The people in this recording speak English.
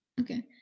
okay